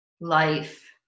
life